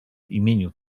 imieniu